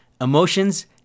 emotions